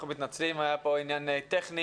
אנחנו מתנצלים, היה פה עניין טכני